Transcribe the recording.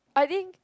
I think